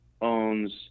owns